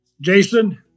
jason